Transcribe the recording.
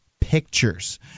pictures